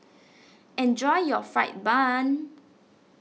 enjoy your Fried Bun